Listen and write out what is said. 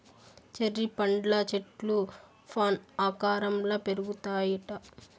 cherry పండ్ల చెట్లు fan ఆకారంల పెరుగుతాయిట